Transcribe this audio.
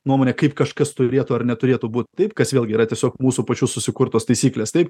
nuomonę kaip kažkas turėtų ar neturėtų būt taip kas vėlgi yra tiesiog mūsų pačių susikurtos taisyklės taip